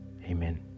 Amen